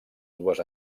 dues